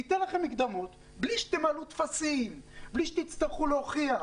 ניתן לכם מקדמות בלי צורך בבירוקרטיה,